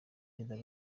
perezida